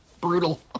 Brutal